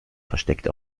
versteckt